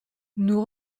nous